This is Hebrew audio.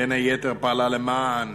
בין היתר פעלה למען